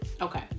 Okay